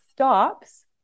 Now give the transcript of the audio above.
Stops